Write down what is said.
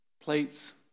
plates